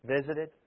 visited